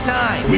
time